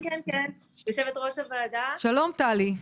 שלום לכולם.